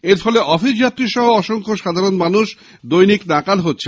এরফলে অফিসযাত্রী সহ অসংখ্য সাধারণ মানুষ দৈনিক নাকাল হচ্ছেন